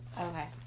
Okay